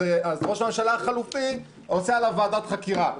אז ראש הממשלה החלופי עושה עליו ועדת חקירה,